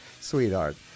sweetheart